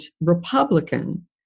Republican